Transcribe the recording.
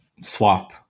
swap